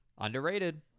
Underrated